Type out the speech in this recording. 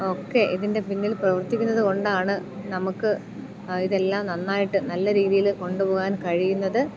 ഒക്കെ ഇതിൻ്റെ പിന്നിൽ പ്രവർത്തിക്കുന്നത് കൊണ്ടാണ് നമുക്ക് ഇതെല്ലാം നന്നായിട്ട് നല്ല രീതിയിൽ കൊണ്ടുപോകാൻ കഴിയുന്നത്